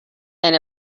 and